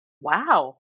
Wow